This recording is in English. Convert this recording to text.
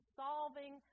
solving